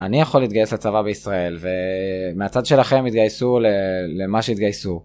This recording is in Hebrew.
אני יכול להתגייס לצבא בישראל, ומהצד שלכם התגייסו למה שהתגייסו.